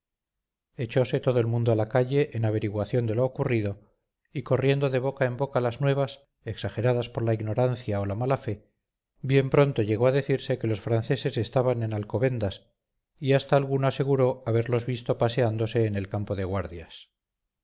somosierra echose todo el mundo a la calle en averiguación de lo ocurrido y corriendo de boca en boca las nuevas exageradas por la ignorancia o la mala fe bien pronto llegó a decirse que los franceses estaban en alcobendas y hasta alguno aseguró haberlos visto paseándose en el campo de guardias